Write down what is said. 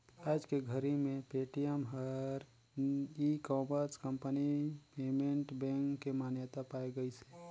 आयज के घरी मे पेटीएम हर e commerce company payment bank के मान्यता पाए गइसे